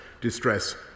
distress